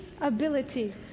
ability